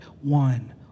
one